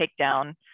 takedown